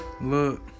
look